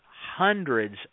Hundreds